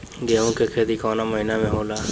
गेहूँ के खेती कवना महीना में होला?